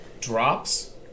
drops